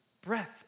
Breath